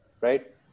right